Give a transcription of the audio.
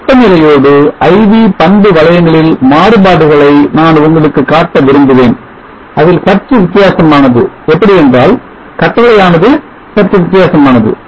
வெப்ப நிலையோடு I V பண்பு வளையங்களில் மாறுபாடுகளை நான் உங்களுக்கு காட்ட விரும்புவேன் அதில் சற்று வித்தியாசமானது எப்படி என்றால் கட்டளையானது சற்று வித்தியாசமானது